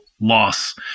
loss